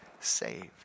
saved